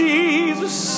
Jesus